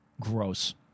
gross